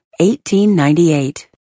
1898